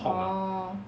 orh